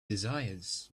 desires